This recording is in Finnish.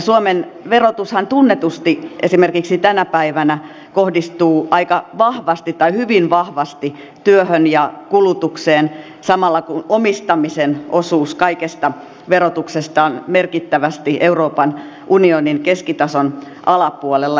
suomen verotushan tunnetusti esimerkiksi tänä päivänä kohdistuu hyvin vahvasti työhön ja kulutukseen samalla kun omistamisen osuus kaikesta verotuksesta on merkittävästi euroopan unionin keskitason alapuolella